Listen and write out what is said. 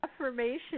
affirmation